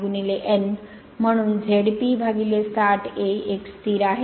म्हणून ZP 60 A एक स्थिर आहे